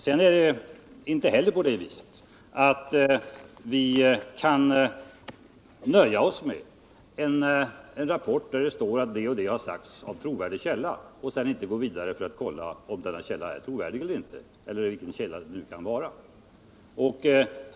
Det är inte heller på det sättet att vi kan nöja oss med en rapport där det står att det och det har sagts av en trovärdig källa. Vi måste gå vidare och kolla om denna källa är trovärdig eller inte.